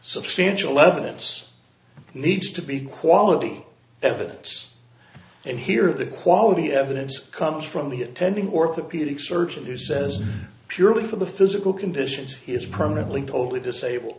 substantial evidence needs to be quality evidence and here the quality evidence comes from the attending orthopedic surgeon who says purely for the physical conditions he is permanently totally disabled